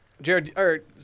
Jared